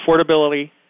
affordability